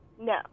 No